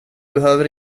behöver